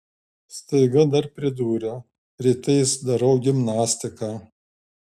staiga dar pridūrė rytais darau gimnastiką